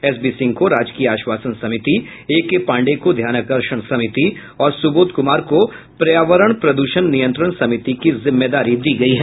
S B Singh को राजकीय आश्वासन समिति ए के पांडेय को ध्यानाकर्षण समिति और सुबोध कुमार को पर्यावरण प्रदूषण नियंत्रण समिति की जिम्मेदारी दी गयी है